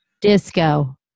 disco